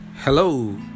hello